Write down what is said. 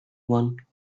one